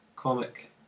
Comic